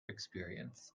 experience